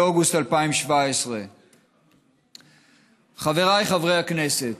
באוגוסט 2017. חבריי חברי הכנסת,